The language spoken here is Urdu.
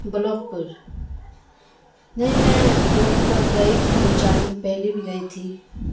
بلاک پر نہیں میں بلاک پر گئی تھی دو چار دن پہلے بھی گئی تھی